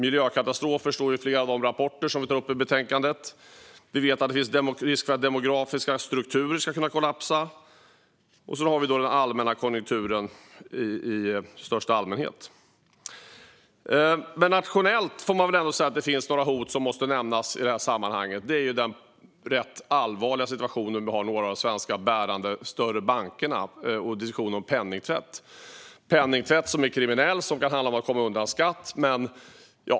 I flera av de rapporter som tas upp i betänkandet står det om miljökatastrofer, och vi vet att det finns risk att demografiska strukturer kollapsar. Sedan har vi konjunkturen i största allmänhet. Nationellt får man väl ändå säga att det finns några hot som måste nämnas i sammanhanget. Det gäller den rätt allvarliga situation vi har i några av de bärande, större svenska bankerna och diskussionen om penningtvätt. Det handlar om penningtvätt som är kriminell och som kan handla om att komma undan skatt.